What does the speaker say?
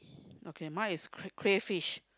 okay mine is cray crayfish